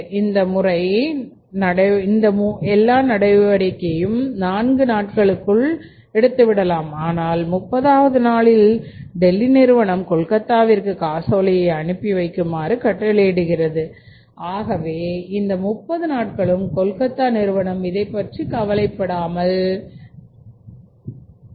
இந்த முறை நடவடிக்கையும் 4 நாட்களுக்குள் எடுத்து விடலாம் ஆனால் 30ஆவது நாளில் டெல்லி நிறுவனம் கொல்கத்தாவிற்கு காசோலை அனுப்பி வைக்குமாறு கட்டளையிடுகிறது ஆகவே அந்த முப்பது நாட்களும் கொல்கத்தா நிறுவனம் இதைப் பற்றி கவலைப்பட தேவையில்லை